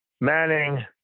Manning